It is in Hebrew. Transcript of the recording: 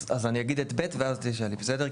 אז אני אגיד את ב' ואז תשאלי, בסדר?